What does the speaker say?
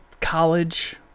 college